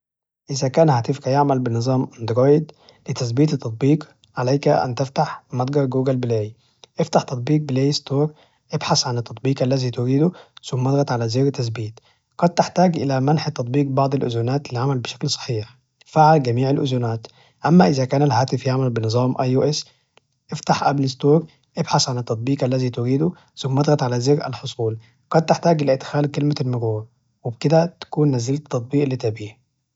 إذا كان هاتفك يعمل بنظام أندرويد، لتثبيت التطبيق عليك أن تفتح متجر جوجل بلاي افتح تطبيق بلاي ستور ابحث عن التطبيق الذي تريده، ثم اضغط على زر تثبيت، قد تحتاج إلى منح التطبيق بعض الأزونات للعمل بشكل صحيح فعل جميع الأزونات، أما إذا كان الهاتف يعمل بنظام آي يو إس افتح أبل استور ابحث عن التطبيق الذي تريده ثم اضغط على زر الحصول قد تحتاج إلى إدخال كلمة المرور، وبكده تكون نزلت التطبيق إللي تبيه.